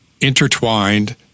intertwined